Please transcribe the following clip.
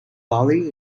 bali